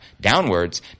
Downwards